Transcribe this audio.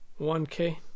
1k